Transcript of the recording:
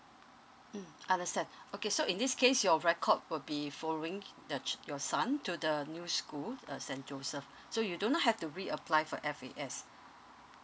mm understand okay so in this case your record will be following the ch~ your son to the new school uh saint joseph so you don't have to reapply for F_A_S